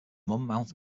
monmouth